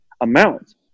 amount